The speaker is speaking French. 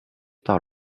par